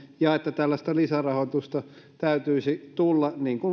ja että tällaista lisärahoitusta täytyisi tulla